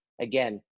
again